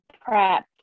prep